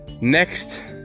next